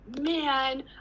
man